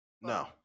no